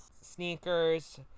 Sneakers